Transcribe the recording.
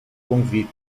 convite